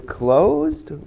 closed